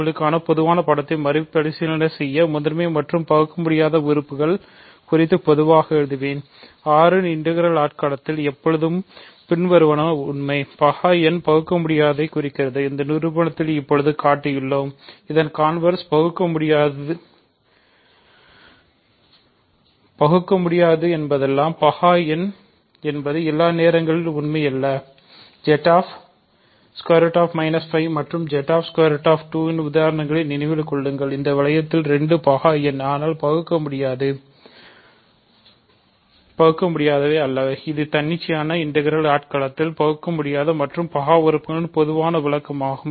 உங்களுக்கான பொதுவான படத்தை மறுபரிசீலனை செய்ய முதன்மை மற்றும் பகுக்கமுடியாத உறுப்புகள் மற்றும் பகா உறுப்புகளின் பொதுவான விளக்கமாகும்